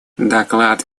доклад